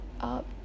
up